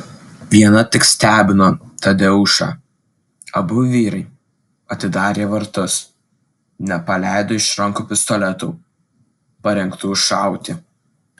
viena tik stebino tadeušą abu vyrai atidarę vartus nepaleido iš rankų pistoletų parengtų šauti